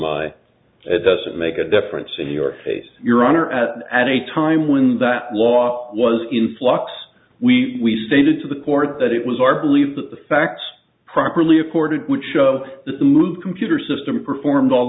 lie it doesn't make a difference in your case your honor at at a time when that law was in flux we stated to the court that it was our belief that the facts properly accorded would show the mood computer system performed all